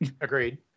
Agreed